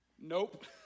nope